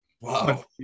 Wow